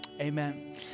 Amen